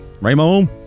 Raymond